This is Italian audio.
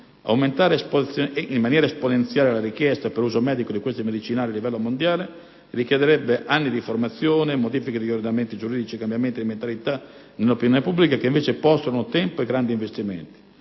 Aumentare in maniera esponenziale la richiesta per uso medico di questi medicinali, a livello mondiale, richiederebbe anni di formazione, modifiche negli ordinamenti giuridici e cambiamenti di mentalità nell'opinione pubblica che, invece, postulano tempo e grandi investimenti.